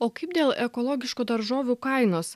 o kaip dėl ekologiškų daržovių kainos